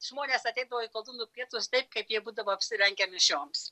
žmonės ateidavo į koldūnų pietus taip kaip jie būdavo apsirengę mišioms